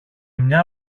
μια